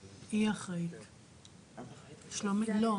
אדם,